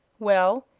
well,